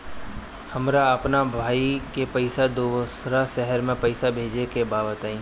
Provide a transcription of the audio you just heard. हमरा अपना भाई के पास दोसरा शहर में पइसा भेजे के बा बताई?